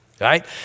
right